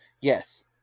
yes